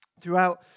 throughout